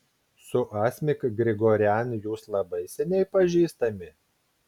su asmik grigorian jūs labai seniai pažįstami